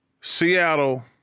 Seattle